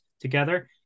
together